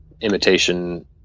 imitation